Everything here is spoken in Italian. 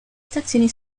stazioni